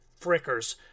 frickers